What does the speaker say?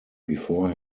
before